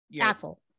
asshole